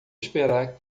esperar